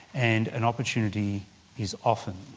and an opportunity is often,